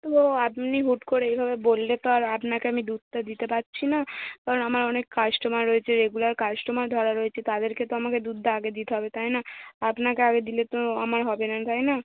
তো আপনি হুট করে এইভাবে বললে তো আর আপনাকে আমি দুধটা দিতে পারছি না কারণ আমার অনেক কাস্টমার রয়েছে রেগুলার কাস্টমার ধরা রয়েছে তাদেরকে তো আমাকে দুধটা আগে দিতে হবে তাই না আপনাকে আগে দিলে তো আমার হবে না তাই না